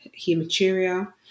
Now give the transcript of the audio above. hematuria